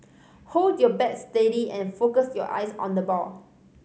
hold your bat steady and focus your eyes on the ball